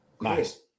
Nice